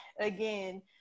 again